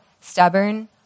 stubborn